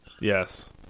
Yes